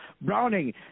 Browning